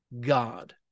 God